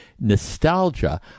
nostalgia